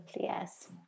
Yes